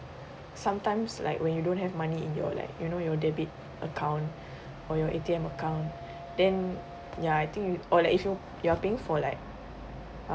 sometimes like when you don't have money in your like you know your debit account or your A_T_M account then ya I think or like if you're you are paying for like